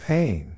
Pain